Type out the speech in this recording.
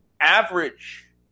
average